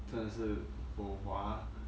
真的是 bo hua